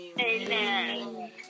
Amen